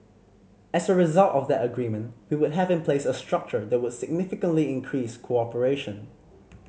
as a result of that agreement we would have in place a structure that would significantly increase cooperation